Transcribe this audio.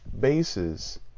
bases